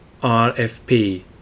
RFP